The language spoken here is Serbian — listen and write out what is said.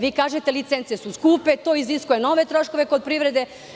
Vi kažete - licence su skupe, to iziskuje nove troškove kod privrede.